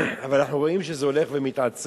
אבל אנחנו רואים שזה הולך ומתעצם,